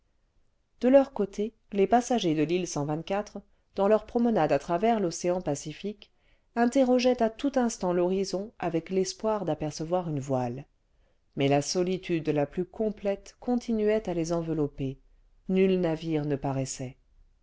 de leur côté les passagers de l'île dans leur promenade à travers l'océan pacifique interrogeaient à tout instant l'horizon avec l'espoir d'apercevoir une voile mais la solitude la plus complète continuait à les envelopper nul navire ne paraissait